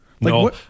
no